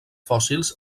fòssils